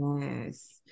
yes